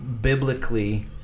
biblically